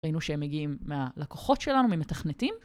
ראינו שהם מגיעים מהלקוחות שלנו, ממתכנתים.